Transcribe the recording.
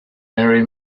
mary